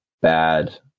bad